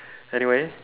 anyway